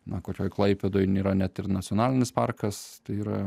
na kokioj klaipėdoj yra net ir nacionalinis parkas tai yra